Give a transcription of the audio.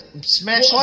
smash